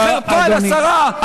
חרפה לשרה,